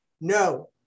no